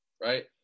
right